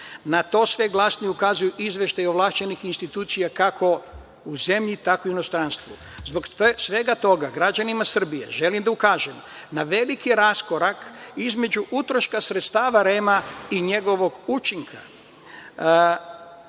Na to sve glasnije ukazuju izveštaji ovlašćenih institucija, kako u zemlji, tako i u inostranstvo. Zbog svega toga, građanima Srbije želim da ukažem na veliki raskorak između utroška sredstava REM-a i njegovog učinka.